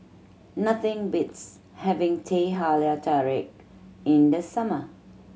nothing beats having Teh Halia Tarik in the summer